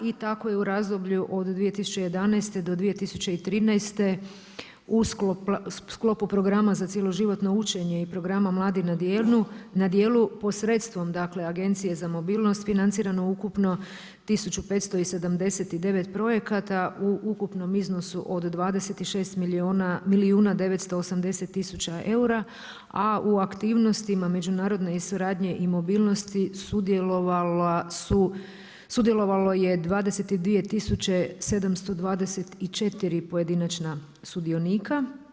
I tako je u razdoblju od 2011. do 2013. u sklopu programa za cjeloživotno učenje i programa mladi na djelu posredstvom dakle Agencije za mobilnost financirano ukupno 1579 projekata u ukupnom iznosu o 26 milijuna 980 tisuća eura a u aktivnostima međunarodne i suradnje i mobilnosti sudjelovalo je 22 tisuće 724 pojedinačna sudionika.